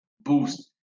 boost